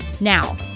Now